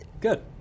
good